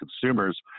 consumers